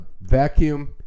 vacuum